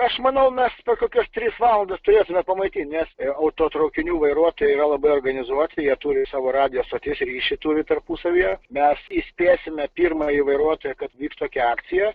aš manau mes per kokias tris valandas turėtume pamaitint autotraukinių vairuotojai yra labai organizuoti jie turi savo radijo stoties ryšį turi tarpusavyje mes įspėsime pirmąjį vairuotoją kad vyks tokia akcija